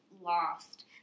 lost